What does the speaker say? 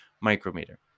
micrometer